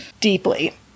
Deeply